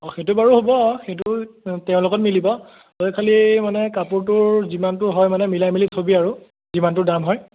অ' সেইটো বাৰু হ'ব সেইটো তেওঁৰ লগত মিলিব তই খালি মানে কাপোৰটোৰ যিমানটো হয় মানে মিলাই মেলি থ'বি আৰু যিমানটো দাম হয়